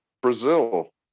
brazil